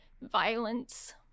violence